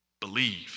believe